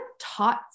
taught